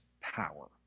power